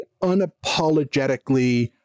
unapologetically